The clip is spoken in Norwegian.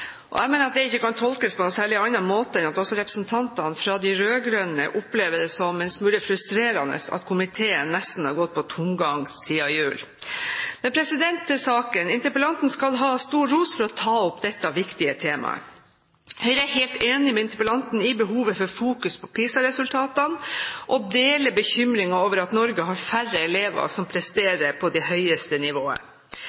regjeringspartiene. Jeg mener at det ikke kan tolkes på noen særlig annen måte enn at også representantene fra de rød-grønne opplever det som en smule frustrerende at komiteen nesten har gått på tomgang siden jul. Men til saken. Interpellanten skal ha stor ros for å ta opp dette viktige temaet. Høyre er helt enig med interpellanten i behovet for fokus på PISA-resultatene og deler bekymringen over at Norge har færre elever som